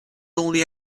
only